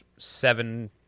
Seven